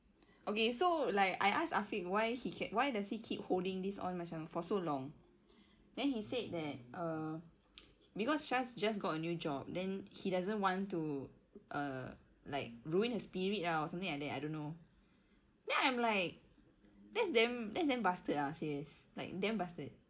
okay so like I ask afiq like why he keep why does he keep holding this on macam for so long then he said that uh because syaz just got a new job then he doesn't want to err like ruin her spirit ah or something like that I don't know then I'm like that's damn that's damn bastard lah serious like damn bastard